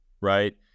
right